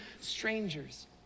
strangers